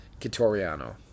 Kitoriano